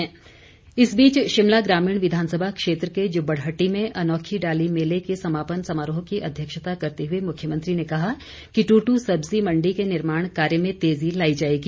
जयराम इस बीच शिमला ग्रामीण विधानसभा क्षेत्र के जुब्बड़हट्टी में अनोखी डाली मेले के समापन समारोह की अध्यक्षता करते हुए मुख्यमंत्री ने कहा कि दुटू सब्ज़ी मंडी के निर्माण कार्य में तेज़ी लाई जाएगी